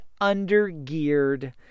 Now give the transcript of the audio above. under-geared